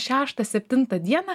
šeštą septintą dieną